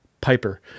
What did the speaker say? Piper